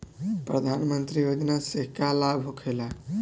प्रधानमंत्री योजना से का लाभ होखेला?